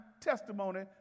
testimony